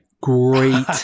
Great